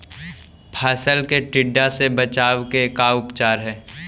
फ़सल के टिड्डा से बचाव के का उपचार है?